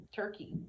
turkey